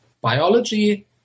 biology